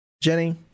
Jenny